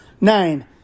Nine